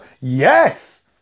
Yes